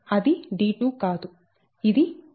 అది d2 కాదు ఇది d1